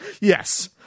yes